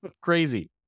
Crazy